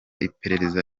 iperereza